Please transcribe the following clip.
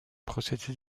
procédés